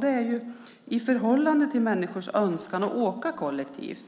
Det står i förhållande till människors önskan att åka kollektivt.